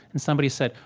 and somebody said,